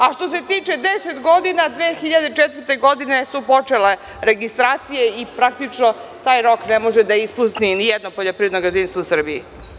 A štose tiče deset godina, 2004. godine su počele registracije i praktično taj rok ne može da ispuni nijedno poljoprivredno gazdinstvo u Srbiji.